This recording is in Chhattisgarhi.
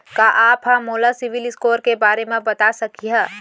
का आप हा मोला सिविल स्कोर के बारे मा बता सकिहा?